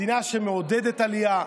מדינה שמעודדת עלייה,